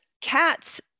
cats